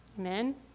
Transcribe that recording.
Amen